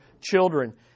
children